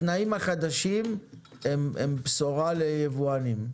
סימון, התנאים החדשים הם בשורה ליבואנים.